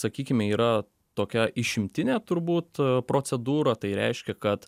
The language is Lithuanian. sakykime yra tokia išimtinė turbūt procedūra tai reiškia kad